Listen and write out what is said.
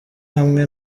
hamwe